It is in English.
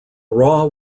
raw